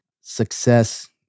success